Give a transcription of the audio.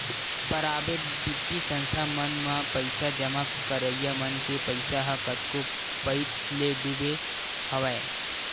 private बित्तीय संस्था मन म पइसा जमा करइया मन के पइसा ह कतको पइत ले डूबे हवय